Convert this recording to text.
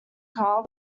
car